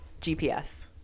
GPS